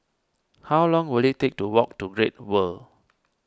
how long will it take to walk to Great World